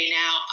now